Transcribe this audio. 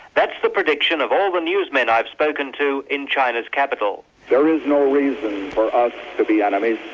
that's the prediction of all the newsmen i've spoken to in china's capital. there is no reason for us to be enemies,